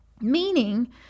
Meaning